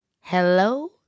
Hello